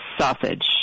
sausage